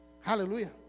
hallelujah